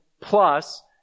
plus